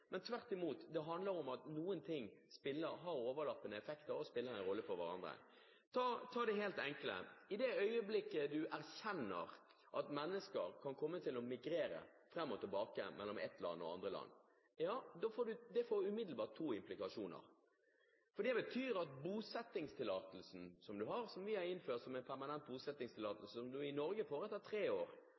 Det handler tvert imot om at det er noen overlappende effekter som spiller en rolle for hverandre. Ta det helt enkle: I det øyeblikket du erkjenner at mennesker kan komme til å migrere fram og tilbake mellom et land og andre land, får det umiddelbart to implikasjoner. Bosettingstillatelsen, som vi har innført som en permanent bosettingstillatelse, får du i Norge etter tre år,